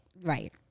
Right